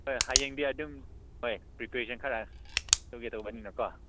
ꯍꯣꯏ ꯍꯌꯦꯡꯗꯤ ꯑꯗꯨꯝ ꯍꯣꯏ ꯄ꯭ꯔꯤꯄꯦꯔꯦꯁꯟ ꯈꯔ ꯇꯧꯒꯦ ꯇꯧꯕꯅꯤꯅꯀꯣ